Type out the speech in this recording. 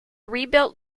rebuilt